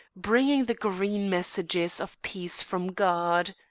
bringing the green messages of peace from god.